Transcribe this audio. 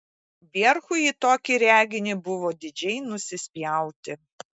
vierchui į tokį reginį buvo didžiai nusispjauti